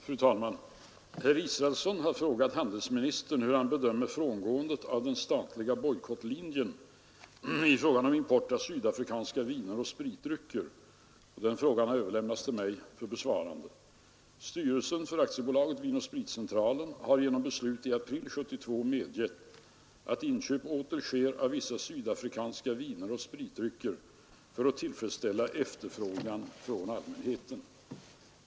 Fru talman! Herr Israelsson har frågat handelsministern hur han bedömer frångåendet av den statliga bojkottlinjen i fråga om import av sydafrikanska viner och spritdrycker. Frågan har överlämnats till mig för besvarande. Styrelsen för Aktiebolaget Vin— & spritcentralen har genom beslut i april 1972 medgett att inköp åter sker av vissa sydafrikanska viner och spritdrycker för att tillfredsställa efterfrågan från allmänheten.